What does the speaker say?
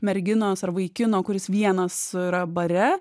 merginos ar vaikino kuris vienas yra bare